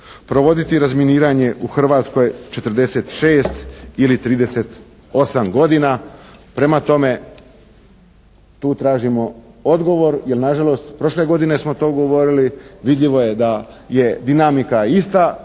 provoditi razminiranje u Hrvatskoj 46 ili 38 godina. Prema tome, tu tražimo odgovor jer nažalost prošle godine smo to govorili, vidljivo je da je dinamika ista,